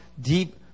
deep